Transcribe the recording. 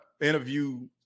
interview